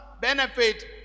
benefit